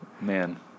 man